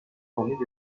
ton